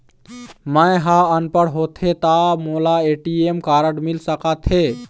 मैं ह अनपढ़ होथे ता मोला ए.टी.एम कारड मिल सका थे?